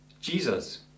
Jesus